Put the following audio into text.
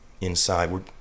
inside